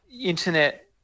internet